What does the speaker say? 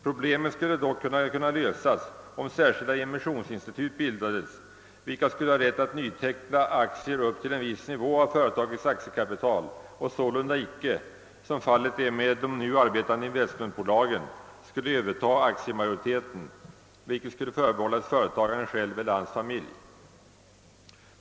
Problemet skulle dock kunna lösas om särskilda emissionsinstitut bildades, vilka skulle ha rätt att nyteckna aktier upp till en viss nivå av företagets aktiekapital och sålunda inte — som fallet är med de nu arbetande investmentbolagen — skulle överta aktiemajoriteten. Den skulle förbehållas företagaren själv eller hans familj.